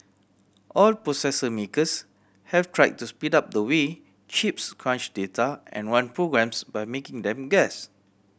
all processor makers have try to speed up the way chips crunch data and run programs by making them guess